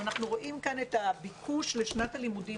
אבל אנחנו רואים את הביקוש לשנת הלימודים.